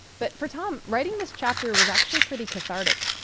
but for tom, writing this chapter was actually pretty cathartic.